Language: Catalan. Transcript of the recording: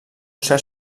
cert